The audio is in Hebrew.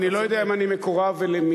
אני לא יודע אם אני מקורב למי,